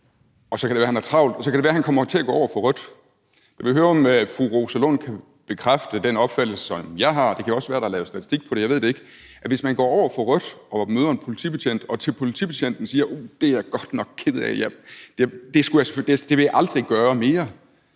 og så kan det være, han har travlt, og så kan det være, han kommer til at gå over for rødt. Jeg vil høre, om fru Rosa Lund kan bekræfte den opfattelse, jeg har – det kan også være, at der er lavet statistik på det; jeg ved det ikke – af, hvad der sker, hvis man går over for rødt og møder en politibetjent og til politibetjenten siger: Uh, det er jeg godt nok ked af, det vil jeg aldrig gøre mere.